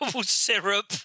syrup